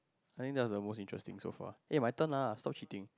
I think that was the most interesting so far eh my turn lah so cheating